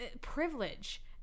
privilege